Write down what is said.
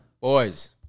Boys